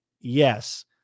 yes